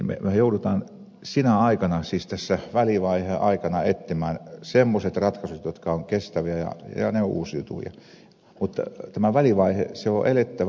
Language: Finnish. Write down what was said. me joudumme sinä aikana siis tässä välivaiheen aikana etsimään semmoiset ratkaisut jotka ovat kestäviä ja ne ovat uusiutuvia mutta tämä välivaihe on elettävä